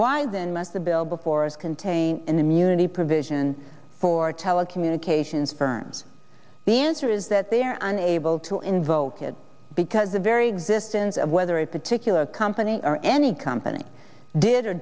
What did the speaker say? why then must the bill before us contain an immunity provision for telecommunications firms the answer is that they are unable to invoke it because the very existence of whether a company or any company did or